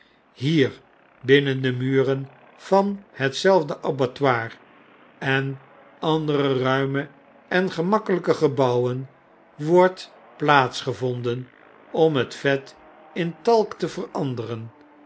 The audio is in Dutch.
hier binnen de muren van hetzelfde abattoir en andere ruime en gemakkeljjke gebouwen wordt plaats gevonden om het vet in talk te veranderen